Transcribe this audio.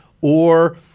Or-